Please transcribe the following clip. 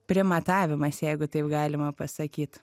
primatavimas jeigu taip galima pasakyt